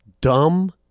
dumb